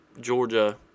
Georgia –